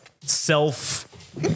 self